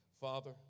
Father